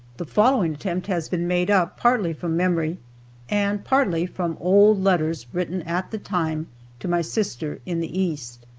the following attempt has been made up partly from memory and partly from old letters written at the time to my sister in the east.